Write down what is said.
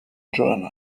join